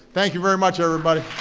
thank you very much, everybody.